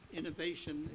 innovation